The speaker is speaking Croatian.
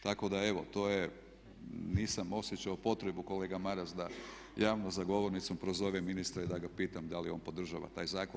Tako da evo to nisam osjećao potrebu kolega Maras da javno za govornicom prozovem ministra i da ga pitam da li on podržava taj zakon.